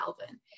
Alvin